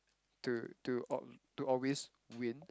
to to al~ to always win